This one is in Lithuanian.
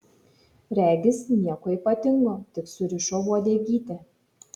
regis nieko ypatingo tik surišo uodegytę